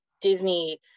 Disney